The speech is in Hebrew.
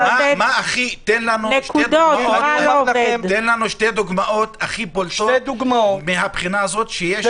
תן לנו שתי נקודות הכי בולטות מהבחינה הזו, שיש